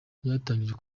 ryatangijwe